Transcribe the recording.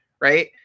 right